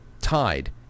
tied